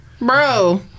Bro